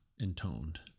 intoned